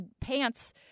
pants